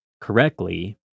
correctly